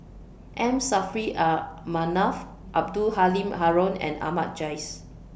M Saffri A Manaf Abdul Halim Haron and Ahmad Jais